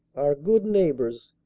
our good neighbors,